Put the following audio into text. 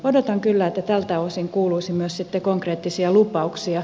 odotan kyllä että tältä osin kuuluisi myös sitten konkreettisia lupauksia